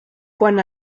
quan